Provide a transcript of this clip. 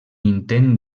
intent